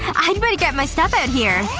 i'd better get my stuff out here.